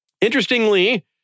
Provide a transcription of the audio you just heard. Interestingly